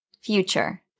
future